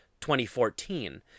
2014